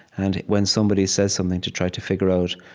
and when somebody says something, to try to figure out,